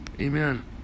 Amen